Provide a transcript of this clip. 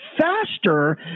faster